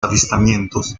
avistamientos